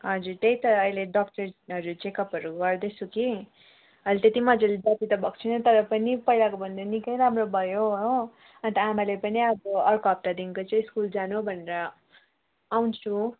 हजुर त्यही त अहिले डक्टर्सहरू चेकअपहरू गर्दैछु कि अहिले त्यति मजाले जाती त भएको छैन तर पनि पहिलाको भन्दा निकै राम्रो भयो हो अन्त आमाले पनि अब अर्को हप्तादेखिको चाहिँ स्कुल जानु भनेर आउँछु